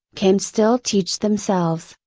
can still teach themselves,